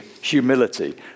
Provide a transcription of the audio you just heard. humility